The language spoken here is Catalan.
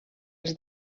els